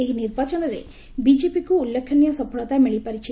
ଏହି ନିର୍ବାଚନରେ ବିକେପିକୁ ଉଲ୍ଲେଖନୀୟ ସଫଳତା ମିଳିପାରିଛି